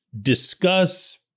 discuss